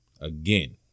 Again